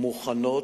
מוכן,